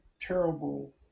terrible